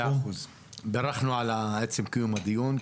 בירכנו על עצם קיום הדיון.